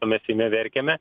o mes ir neverkiame